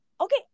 okay